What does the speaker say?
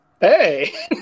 Hey